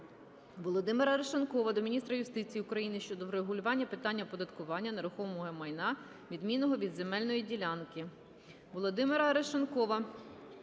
Володимира Арешонкова до міністра юстиції України щодо врегулювання питання оподаткування нерухомого майна, відмінного від земельної ділянки.